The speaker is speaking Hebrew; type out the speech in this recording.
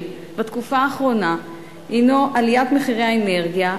בתקופה האחרונה הינו עליית מחירי האנרגיה,